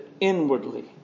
inwardly